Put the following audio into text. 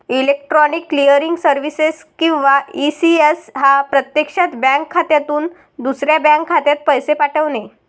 electronic clearing services किंवा ECS हा प्रत्यक्षात बँक खात्यातून दुसऱ्या बँक खात्यात पैसे पाठवणे